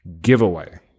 giveaway